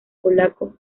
polaco